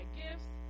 gifts